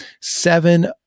seven